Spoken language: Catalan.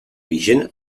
vigent